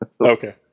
Okay